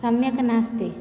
सम्यक् नास्ति